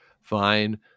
fine